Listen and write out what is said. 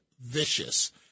vicious